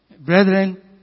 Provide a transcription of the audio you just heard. Brethren